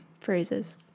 phrases